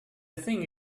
thing